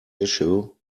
issue